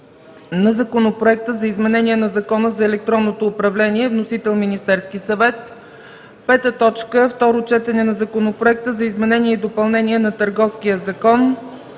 на законопроекта за изменение на Закона за електронното управление. Вносител – Министерският съвет. 5. Второ четене на законопроекта за изменение и допълнение на Търговския закон.